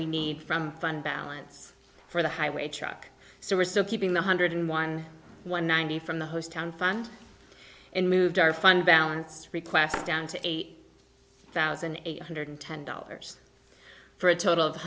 we need from fund balance for the highway truck so we're still keeping one hundred in one one nine hundred from the host town fund and moved our fund balance request down to eight thousand eight hundred ten dollars for a total of